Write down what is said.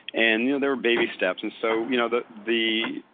and you know there are baby steps and so you know the the